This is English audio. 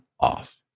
off